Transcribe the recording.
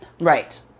right